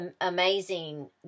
amazing